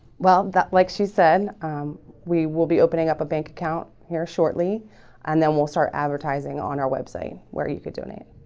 well that like she said we will be opening up a bank account here shortly and then we'll start advertising on our website where you could donate